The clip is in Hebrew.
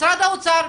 משרד האוצר,